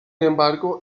embargo